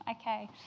okay